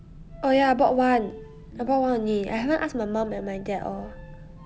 oh ya I bought one I bought one only I haven't ask my mum and my dad or